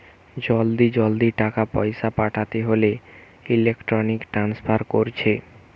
জলদি জলদি টাকা পয়সা পাঠাতে হোলে ইলেক্ট্রনিক ট্রান্সফার কোরছে